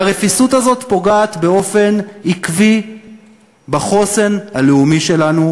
והרפיסות הזאת פוגעת באופן עקבי בחוסן הלאומי שלנו,